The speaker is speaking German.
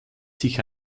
sich